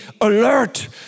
alert